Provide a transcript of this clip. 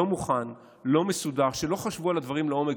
לא מוכן, לא מסודר, שלא חשבו על הדברים לעומק.